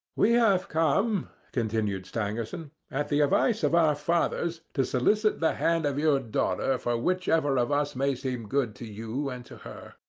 we have come, continued stangerson, at the advice of our fathers to solicit the hand of your daughter for whichever of us may seem good to you and to her.